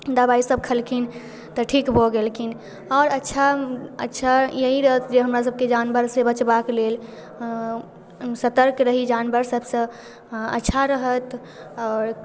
दबाइ सब खेलखिन तऽ ठीक भऽ गेलखिन आओर अच्छा अच्छा यही रहत जे हमरा सबके जानवरसँ बचबाके लेल सतर्क रही जानवर सबसँ अच्छा रहत आओर